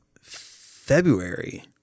February